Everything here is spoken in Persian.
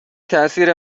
تاثیر